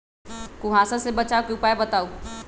कुहासा से बचाव के उपाय बताऊ?